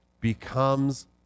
becomes